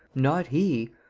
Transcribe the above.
not he!